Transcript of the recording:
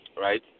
right